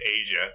Asia